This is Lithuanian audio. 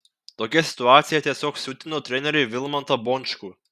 tokia situacija tiesiog siutino trenerį vilmantą bončkų